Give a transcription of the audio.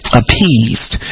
appeased